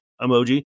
emoji